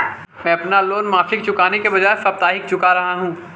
मैं अपना लोन मासिक चुकाने के बजाए साप्ताहिक चुका रहा हूँ